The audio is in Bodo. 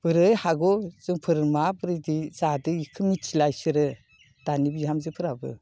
बोरै हागौ जोंफोर माब्रैदि जादों इखौ मिथिला इसोरो दानि बिहामजोफोराबो